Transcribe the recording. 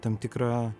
tam tikrą